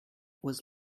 was